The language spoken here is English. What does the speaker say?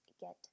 get